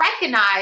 recognize